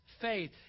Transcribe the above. faith